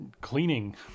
cleaning